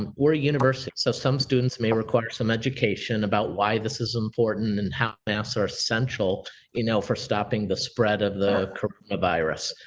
and we're a university so some students may require education about why this is important and how masks are central you know for stopping the spread of the coronavirus.